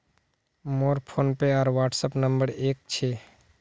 मोर फोनपे आर WhatsApp number एक क छेक